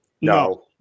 No